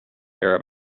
arab